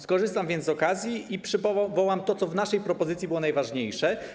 Skorzystam więc z okazji i przywołam to, co w naszej propozycji było najważniejsze.